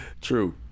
True